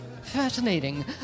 Fascinating